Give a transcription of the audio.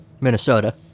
Minnesota